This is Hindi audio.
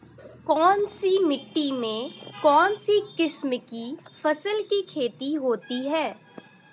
कौनसी मिट्टी में कौनसी किस्म की फसल की खेती होती है?